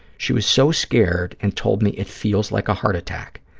she was so scared and told me, it feels like a heart attack.